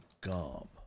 gum